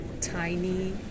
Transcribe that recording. tiny